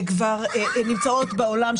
שכבר נמצאות בעולם,